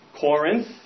Corinth